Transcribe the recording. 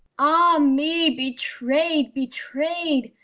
ah me, betrayed! betrayed!